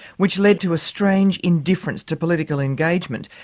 which led to a strange indifference to political engagement.